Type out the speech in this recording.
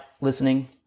listening